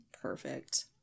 perfect